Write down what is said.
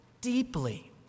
deeply